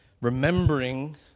remembering